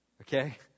Okay